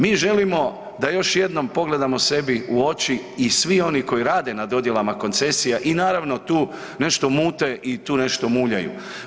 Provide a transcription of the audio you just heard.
Mi želimo da još jednom pogledamo sebi u oči i svi oni koji rade na dodjelama koncesija i naravno tu nešto mute i tu nešto muljaju.